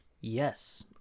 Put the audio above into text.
Yes